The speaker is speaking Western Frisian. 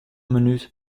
minút